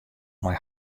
mei